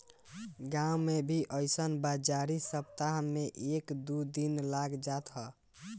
गांव में भी अइसन बाजारी सप्ताह में एक दू दिन लाग जात ह